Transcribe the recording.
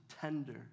tender